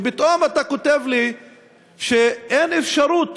ופתאום אתה כותב לי שאין אפשרות